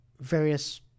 various